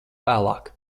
vēlāk